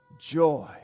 joy